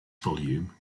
volume